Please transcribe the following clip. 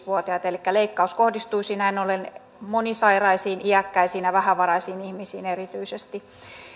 vuotiaita elikkä leikkaus kohdistuisi näin ollen monisairaisiin iäkkäisiin ja vähävaraisiin ihmisiin erityisesti